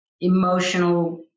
emotional